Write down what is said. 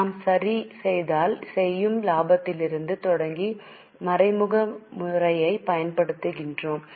நாம் சரி செய்தல் செய்யும் லாபத்திலிருந்து தொடங்கி மறைமுக முறையைப் பயன்படுத்துகிறோம்